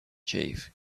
chief